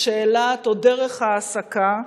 שאלת או דרך הָעֲסקה,